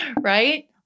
right